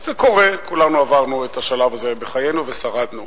זה קורה, כולנו עברנו את השלב הזה בחיינו ושרדנו.